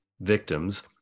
victims